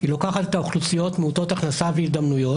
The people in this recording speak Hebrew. היא לוקחת אוכלוסיות מעוטות הכנסה והזדמנויות